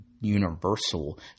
universal